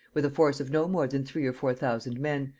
with a force of no more than three or four thousand men,